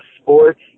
sports